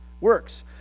works